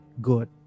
good